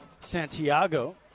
Santiago